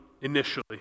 initially